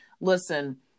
listen